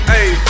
Hey